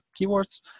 keywords